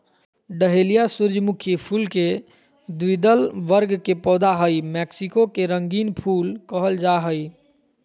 dahlia सूर्यमुखी फुल के द्विदल वर्ग के पौधा हई मैक्सिको के रंगीन फूल कहल जा हई